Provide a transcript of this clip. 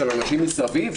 של אנשים מסביב,